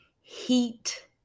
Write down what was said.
heat